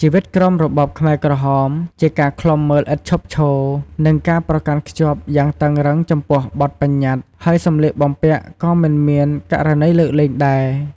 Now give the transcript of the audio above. ជីវិតក្រោមរបបខ្មែរក្រហមជាការឃ្លាំមើលឥតឈប់ឈរ និងការប្រកាន់ខ្ជាប់យ៉ាងតឹងរ៉ឹងចំពោះបទប្បញ្ញត្តិ ហើយសម្លៀកបំពាក់ក៏មិនមានករណីលើកលែងដែរ។